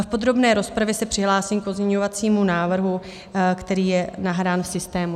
V podrobné rozpravě se přihlásím k pozměňovacímu návrhu, který je nahrán v systému.